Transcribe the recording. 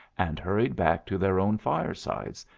and hurried back to their own firesides,